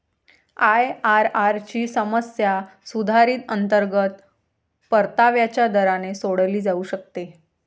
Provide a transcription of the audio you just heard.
IRR ची समस्या सुधारित अंतर्गत परताव्याच्या दराने सोडवली जाऊ शकते